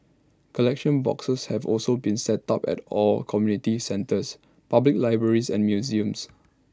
collection boxes have also been set up at all community centres public libraries and museums